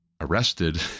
arrested